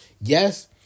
yes